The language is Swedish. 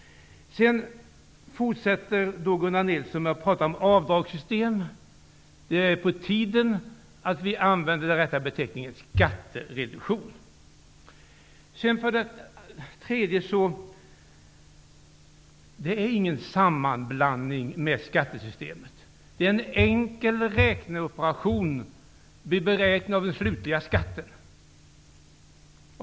Gunnar Nilsson fortsätter att prata om avdragssystem. Det är på tiden att vi använder den rätta beteckningen, nämligen skattereduktion. Det är inte fråga om någon sammanblandning med skattesystemet. Det är en enkel räkneoperation vid beräkning av den slutliga skatten.